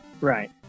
Right